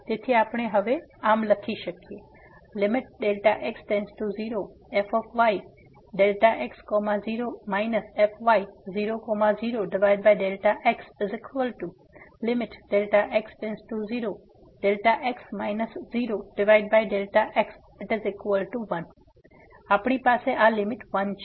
તેથી આપણે હવે બદલી શકીએ fyx0 fy00x Δx 0Δx 1 તેથી આપણી પાસે આ લીમીટ 1 છે